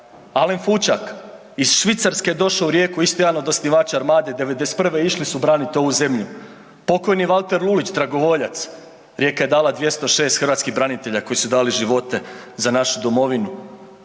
Alen Fučak iz Švicarske je došao u Rijeku, isto jedan od osnivača Armade, '91. išli su braniti ovu zemlju. Pokojni Valter Lulić, dragovoljac, Rijeka je dala 206 hrvatskih branitelja koji su dali živote za našu domovinu.